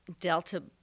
Delta